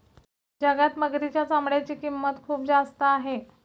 जगात मगरीच्या चामड्याची किंमत खूप जास्त आहे